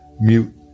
mute